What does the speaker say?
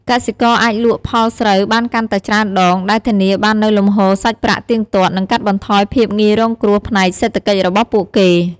កសិករអាចលក់ផលស្រូវបានកាន់តែច្រើនដង ដែលធានាបាននូវលំហូរសាច់ប្រាក់ទៀងទាត់ និងកាត់បន្ថយភាពងាយរងគ្រោះផ្នែកសេដ្ឋកិច្ចរបស់ពួកគេ។